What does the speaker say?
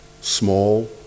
small